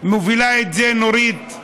מובילה את זה, נורית,